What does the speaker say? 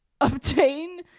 obtain